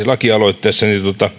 lakialoitteessa